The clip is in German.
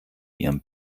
ihrem